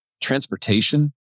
transportation